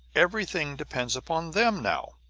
everything depends upon them now,